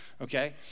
Okay